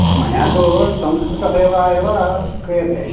मया तु संस्कृतसेवा एव क्रियते